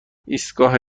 ایستگاه